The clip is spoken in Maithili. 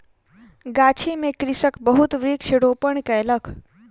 गाछी में कृषक बहुत वृक्ष रोपण कयलक